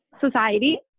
society